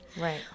Right